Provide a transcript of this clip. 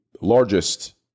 largest